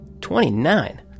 Twenty-nine